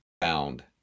found